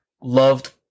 loved